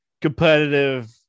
competitive